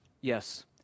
Yes